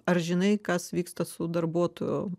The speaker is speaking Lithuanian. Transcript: ar žinai kas vyksta su darbuotojų